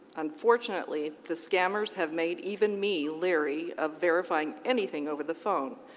unfortunately, the scammers have made even me leery of verifying anything over the phone,